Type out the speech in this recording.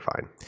fine